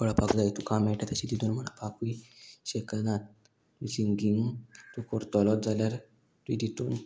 कळपाक जाय तुका मेळटा तशें तितून म्हणपाकूय शकनात सिंगींग तूं करतलोच जाल्यार तुवें तितून